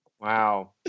wow